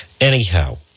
Anyhow